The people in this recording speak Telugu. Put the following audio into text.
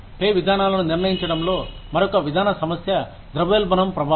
పే విధానాలను నిర్ణయించడంలో మరొక విధాన సమస్య ద్రవ్యోల్బణం ప్రభావం